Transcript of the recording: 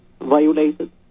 Violated